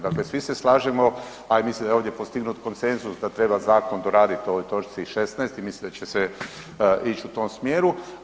Dakle, svi se slažemo a i mislim da je ovdje postignut konsenzus da treba zakon doraditi u ovoj točci 16. i mislim da će se ići u tom smjeru.